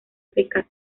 siempre